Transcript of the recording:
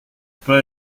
pas